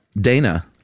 Dana